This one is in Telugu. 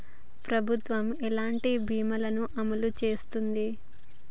ప్రభుత్వం ఎలాంటి బీమా ల ను అమలు చేస్తుంది?